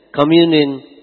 communion